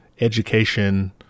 education